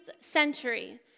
century